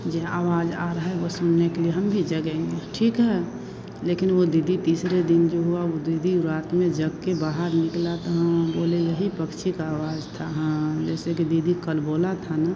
ये आवाज़ आ रही है वह सुनने के लिए हम भी जगेंगे ठीक है लेकिन वह दीदी तीसरे दिन जो हुआ वह दीदी उ रात में जग कर बाहर निकली तो हाँ बोले यही पक्षी की आवाज़ थी हाँ जैसे कि दीदी कल बोली थी ना